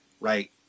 right